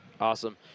Awesome